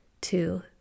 two